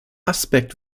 aspekt